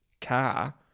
car